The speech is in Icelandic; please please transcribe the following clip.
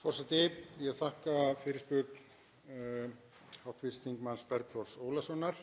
Forseti. Ég þakka fyrirspurn hv. þm. Bergþórs Ólasonar.